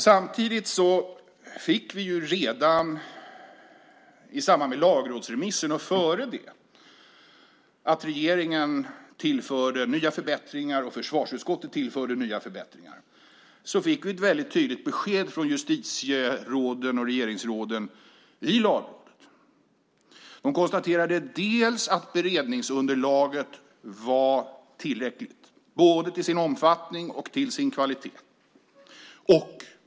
Samtidigt fick vi redan i samband med lagrådsremissen och före det att regeringen och försvarsutskottet tillförde nya förbättringar ett väldigt tydligt besked från justitieråden och regeringsråden i Lagrådet. De konstaterade att beredningsunderlaget var tillräckligt både till sin omfattning och till sin kvalitet.